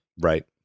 right